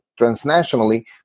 transnationally